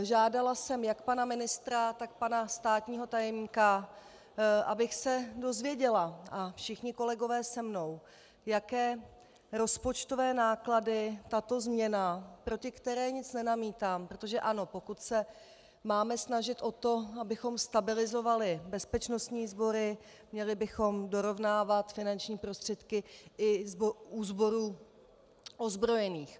Žádala jsem jak pana ministra, tak pana státního tajemníka, abych se dozvěděla, a všichni kolegové se mnou, jaké rozpočtové náklady tato změna proti které nic nenamítám, protože ano, pokud se máme snažit o to, abychom stabilizovali bezpečnostní sbory, měli bychom dorovnávat finanční prostředky i u sborů ozbrojených.